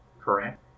Correct